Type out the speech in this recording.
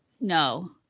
no